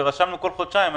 ורשמנו שכל חודשיים,